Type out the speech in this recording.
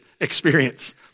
experience